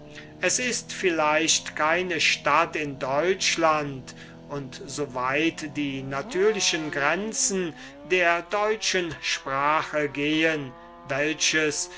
es ist vielleicht keine stadt in deutschland und so weit die natürlichen grenzen der deutschen sprachen gehen welches